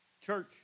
church